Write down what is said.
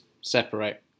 separate